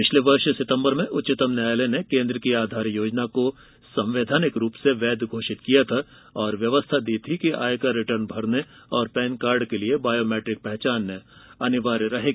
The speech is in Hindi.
पिछले वर्ष सितंबर में उच्चतम न्यायालय ने केन्द्र की आधार योजना को संवैधानिक रूप से वैध घोषित किया था और व्यवस्था दी थी कि आयकर रिटर्न भरने और पैन कार्ड के लिए बायोमेट्रिक पहचान अनिवार्य रहेगी